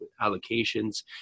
allocations